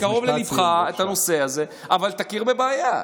זה קרוב לליבך, הנושא הזה, אבל תכיר בבעיה.